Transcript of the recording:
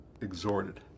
exhorted